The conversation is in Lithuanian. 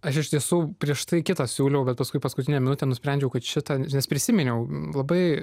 aš iš tiesų prieš tai kitą siūliau bet paskui paskutinę minutę nusprendžiau kad šita nes prisiminiau labai